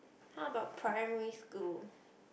how about primary school